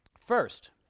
First